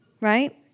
right